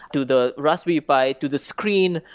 to the raspberry pi, to the screen,